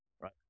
Right